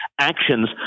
actions